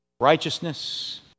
Righteousness